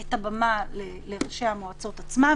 את הבמה לראשי המועצות עצמם.